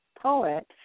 poet